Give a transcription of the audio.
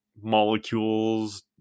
molecules